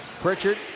Pritchard